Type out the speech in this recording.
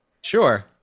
Sure